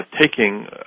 taking